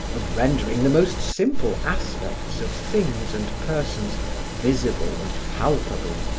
of rendering the most simple aspects of things and persons visible and palpable,